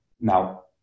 Now